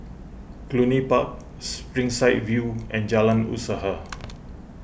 Cluny Park Springside View and Jalan Usaha